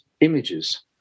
images